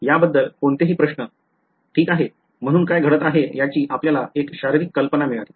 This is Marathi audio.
याबद्दल कोणतेही प्रश्न ठीक आहे म्हणून काय घडत आहे याची आपल्याला एक शारीरिक कल्पना मिळाली